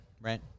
right